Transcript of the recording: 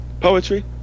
poetry